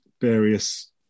various